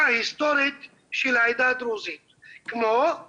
ואמרו דברים גבוהים ומילים יפות,